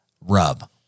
rub